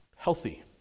healthy